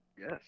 Yes